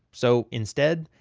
so, instead,